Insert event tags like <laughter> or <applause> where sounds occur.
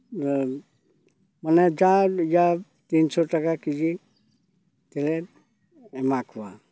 ᱤᱭᱟᱹ ᱢᱟᱱᱮ <unintelligible> ᱛᱤᱱ ᱥᱚ ᱴᱟᱠᱟ ᱠᱮᱡᱤ ᱛᱮᱞᱮ ᱮᱢᱟ ᱠᱚᱣᱟ